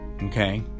Okay